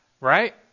right